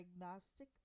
diagnostic